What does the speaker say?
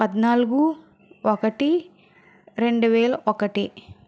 పద్నాలుగు ఒకటి రెండు వేల ఒకటి